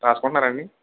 రాసుకుంటున్నారా అండి